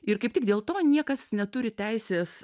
ir kaip tik dėl to niekas neturi teisės